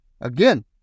again